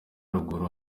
ruguru